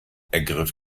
ergriff